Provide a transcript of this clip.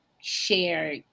share